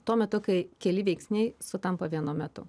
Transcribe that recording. tuo metu kai keli veiksniai sutampa vienu metu